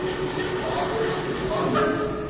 ye fathers and mothers,